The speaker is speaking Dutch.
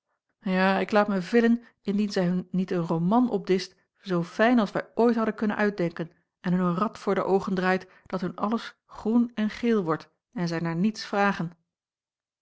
ja ik laat mij villen indien zij hun niet een roman opdischt zoo fijn als wij ooit hadden kunnen uitdenken en hun een rad voor de oogen draait dat hun alles groen en geel wordt en zij naar niets vragen